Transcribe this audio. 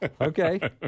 Okay